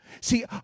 See